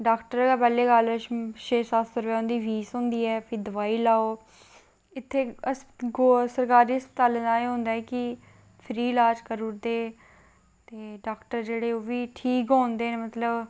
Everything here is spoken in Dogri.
ते डाक्टर गै पैह्लें छे सत्त सौ उंदी फीस होंदी ऐ ते फ्ही दोआई लैओ सरकारी अस्पतालें दा एह् ऐ कि फ्री ईलाज करी दे ते डाक्टर जेह्ड़े ओह्बी ठीक होंदे न जेह्ड़े